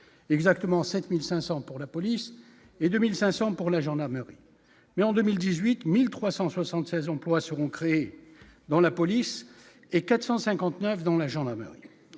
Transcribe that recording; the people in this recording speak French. exactement 7500 pour la police et 2500 pour la gendarmerie, mais en 2000 18376 emplois seront créés dans la police et 459 dans la gendarmerie